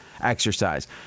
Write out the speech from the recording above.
exercise